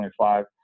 25